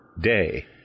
day